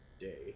day